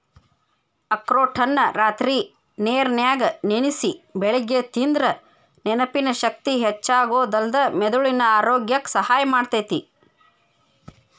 ಅಖ್ರೋಟನ್ನ ರಾತ್ರಿ ನೇರನ್ಯಾಗ ನೆನಸಿ ಬೆಳಿಗ್ಗೆ ತಿಂದ್ರ ನೆನಪಿನ ಶಕ್ತಿ ಹೆಚ್ಚಾಗೋದಲ್ದ ಮೆದುಳಿನ ಆರೋಗ್ಯಕ್ಕ ಸಹಾಯ ಮಾಡ್ತೇತಿ